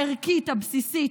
הערכית, הבסיסית,